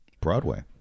Broadway